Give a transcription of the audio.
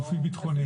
בגופים ביטחוניים.